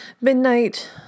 midnight